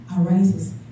arises